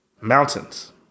Mountains